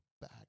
back